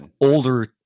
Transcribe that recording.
older